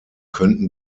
könnten